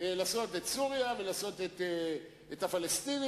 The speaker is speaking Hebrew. אז אם אני קורא לך פעם רביעית היום אדוני ראש הממשלה,